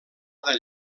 del